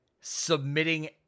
submitting